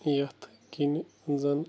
یَتھ کِنہِ زَن